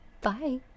Bye